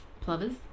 Plovers